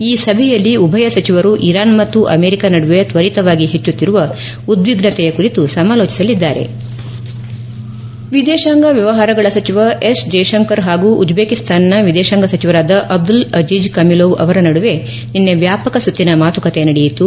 ಈ ಸಭೆಯಲ್ಲಿ ಉಭಯ ಸಚಿವರು ಇರಾನ್ ಮತ್ತು ಅಮೆರಿಕ ನಡುವೆ ಕ್ವರಿತವಾಗಿ ಹೆಚ್ಚುತ್ತಿರುವ ಉದ್ವಿಗ್ನತೆಯ ಕುರಿತು ಸಮಾಲೋಚಿಸಲಿದ್ದಾರೆ ವಿದೇಶಾಂಗ ವ್ವವಹಾರಗಳ ಸಚಿವ ಎಸ್ ಜೈಶಂಕರ್ ಹಾಗು ಉಜ್ವೆಕಿಸಾನ್ನ ವಿದೇಶಾಂಗ ಸಚಿವರಾದ ಅಬ್ದುಲ್ ಅಜೀಜ್ ಕಮಿಲೋವ್ ಅವರ ನಡುವೆ ನಿನ್ನೆ ವ್ಯಾಪಕ ಸುತ್ತಿನ ಮಾತುಕತೆ ನಡೆಯಿತು